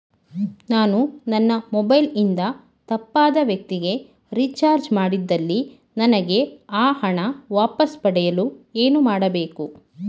ನಾನು ನನ್ನ ಮೊಬೈಲ್ ಇಂದ ತಪ್ಪಾದ ವ್ಯಕ್ತಿಗೆ ರಿಚಾರ್ಜ್ ಮಾಡಿದಲ್ಲಿ ನನಗೆ ಆ ಹಣ ವಾಪಸ್ ಪಡೆಯಲು ಏನು ಮಾಡಬೇಕು?